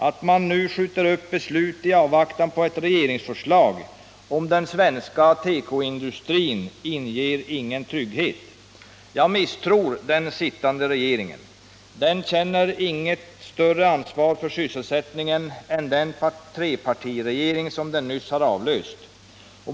Att man nu skjuter upp beslut i avvaktan på ett regeringsförslag om den svenska tekoindustrins framtid inger ingen trygghet. Jag misstror den sittande regeringen. Den känner inget större ansvar för sysselsättningen än den trepartiregering som den nyss har avlöst.